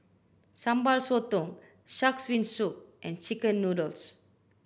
Sambal Sotong Shark's Fin Soup and chicken noodles